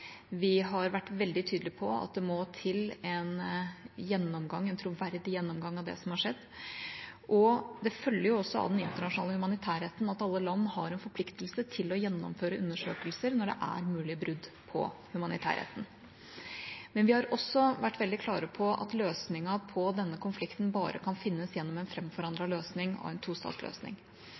Vi har vært veldig tydelig på at det må til en troverdig gjennomgang av det som har skjedd. Det følger også av den internasjonale humanitærretten at alle land har en forpliktelse til å gjennomføre undersøkelser når det er mulige brudd på humanitærretten. Men vi har også vært veldig klare på at løsningen på denne konflikten bare kan finnes gjennom en framforhandlet løsning og en tostatsløsning.